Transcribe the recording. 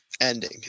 ending